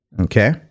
okay